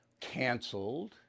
Canceled